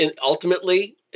ultimately